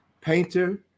painter